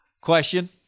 Question